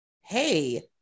hey